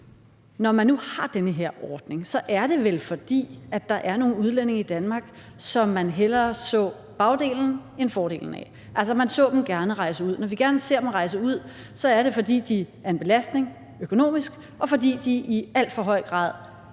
Når man nu har den her ordning, er det vel, fordi der er nogle udlændinge i Danmark, som man hellere så bagdelen end fronten af. Altså, man så dem gerne rejse ud. Når vi gerne ser dem rejse ud, er det, fordi de er en belastning økonomisk, og fordi de i alt for høj grad fylder i